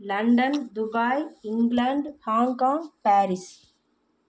London Dubai England Hong Kong Paris